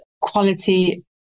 quality